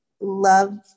love